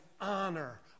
honor